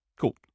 Cool